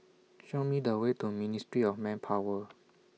Show Me The Way to Ministry of Manpower